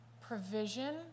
provision